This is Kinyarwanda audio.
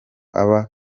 aba